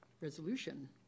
resolution